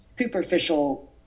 superficial